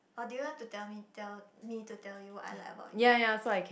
or do you want to tell me tell me to tell you what I like about you